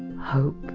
hope